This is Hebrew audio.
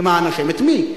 למען השם, את מי?